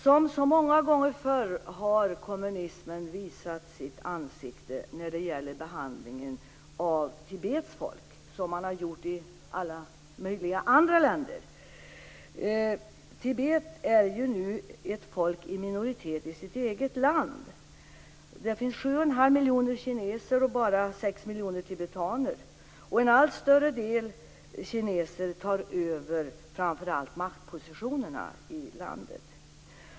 Som så många gånger förr har kommunismen visat sitt ansikte när det gäller behandlingen av Tibets folk - som man har gjort i alla möjliga andra länder. Tibet är nu ett folk i minoritet i sitt eget land. Där finns sju och en halv miljoner kineser och bara sex miljoner tibetaner. I allt större grad tar kineserna över framför allt maktpositionerna i landet.